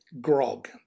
Grog